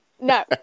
No